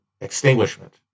extinguishment